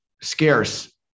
scarce